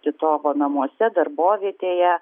titovo namuose darbovietėje